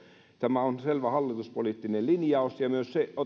tämä on selvä hallituspoliittinen linjaus myös se